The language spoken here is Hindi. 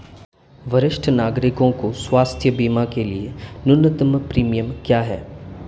वरिष्ठ नागरिकों के स्वास्थ्य बीमा के लिए न्यूनतम प्रीमियम क्या है?